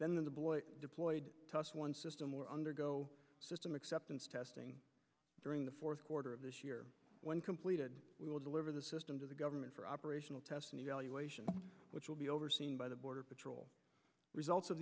then the boy deployed one system or undergo system acceptance testing during the fourth quarter of this year when completed we will deliver the system to the government for operational testing evaluation which will be overseen by the border patrol results of